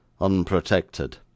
unprotected